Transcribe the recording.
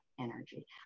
energy